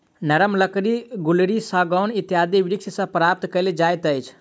नरम लकड़ी गुल्लरि, सागौन इत्यादि वृक्ष सॅ प्राप्त कयल जाइत अछि